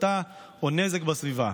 הצתה או נזק בסביבה.